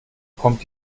kommt